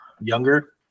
younger